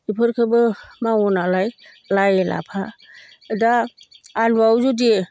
बेफोरखौबो मावो नालाय लाइ लाफा दा आलुआव जुदि